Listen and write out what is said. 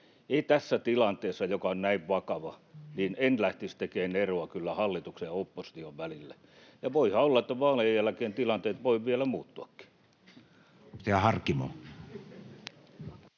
tässä tilanteessa, joka on näin vakava, lähtisi tekemään eroa hallituksen ja opposition välille, ja voihan olla, että vaalien jälkeen tilanteet vielä muuttuvatkin.